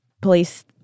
police